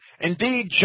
Indeed